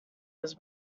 was